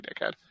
dickhead